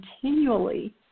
continually